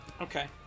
Okay